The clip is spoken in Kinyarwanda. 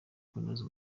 kunoza